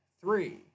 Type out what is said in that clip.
Three